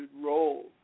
role